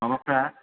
माबाफ्रा